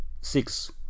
Six